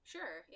Sure